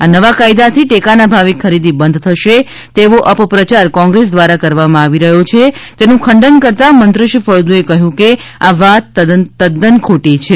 આ નવા કાયદાથી ટેકાના ભાવે ખરીદી બંધ થશે એવો અપપ્રચાર કોગ્રેસ દ્વારા કરવામાં આવી રહ્યો છે તેનુ ખંડન કરતા મંત્રી શ્રી ફળદુએ કહ્યુ કે આ વાત તદ્દન ખોટી છે